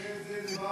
תפנה את זה לברקו.